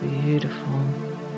beautiful